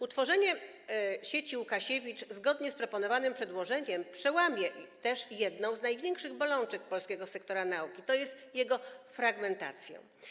Utworzenie sieci Łukasiewicz zgodnie z proponowanym przedłożeniem przełamie też jedną z największych bolączek polskiego sektora nauki, tj. jego fragmentację.